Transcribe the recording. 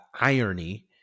irony